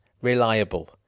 reliable